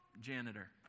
janitor